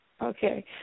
Okay